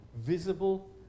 visible